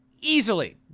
Easily